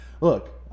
Look